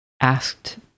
asked